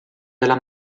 della